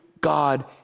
God